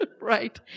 Right